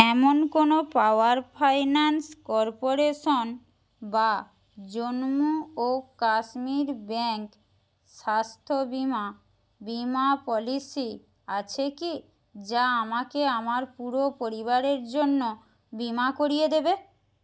এমন কোনো power finance corporation বা জম্মু ও কাশ্মীর ব্যাংক স্বাস্থ্য বিমা বিমা পলিসি আছে কি যা আমাকে আমার পুরো পরিবারের জন্য বিমা করিয়ে দেবে